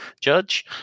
Judge